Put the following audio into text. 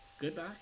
goodbye